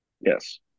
Yes